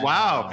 Wow